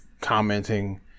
commenting